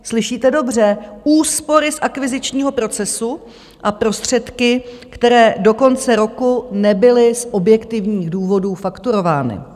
Slyšíte dobře, úspory z akvizičního procesu a prostředky, které do konce roku nebyly z objektivních důvodů fakturovány.